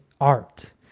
art